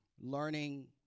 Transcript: learning